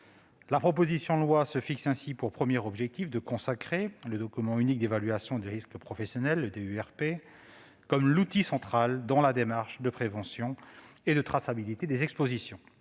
La proposition de loi se fixe ainsi pour premier objectif de consacrer le document unique d'évaluation des risques professionnels, le DUERP, comme l'outil central dans la démarche de prévention et de traçabilité des expositions.